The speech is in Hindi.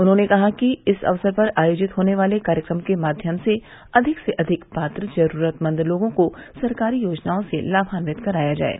उन्होंने कहा कि इस अवसर पर आयोजित होने वाले कार्यक्रमों के मध्यम से अधिक से अधिक पात्र जरूरतमंद लोगों को सरकारी योजनाओं से लाभान्वित कराया जाये